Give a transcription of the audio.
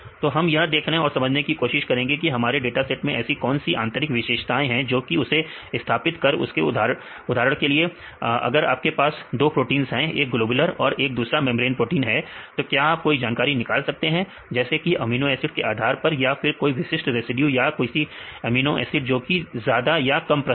तो हम यह देखने और समझने की कोशिश करेंगे की हमारे डाटा सेट में ऐसी कौन सी आंतरिक विशेषताएं हैं जो कि है उसे स्थापित कर सके उदाहरण के लिए अगर आपके पास दो प्रोटींस हैं एक ग्लोबुलर प्रोटीन है और दूसरा मेंब्रेन प्रोटीन है तो क्या आप कोई जानकारी निकाल सकते हैं जैसे कि अमीनो एसिड के आधार पर या फिर कोई विशिष्ट रेसिड्यू या कोई अमीनो एसिड जोकि ज्यादा या कम प्रस्तुत है